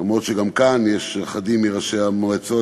אף שגם כאן יש אחדים מראשי המועצות